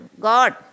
God